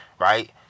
right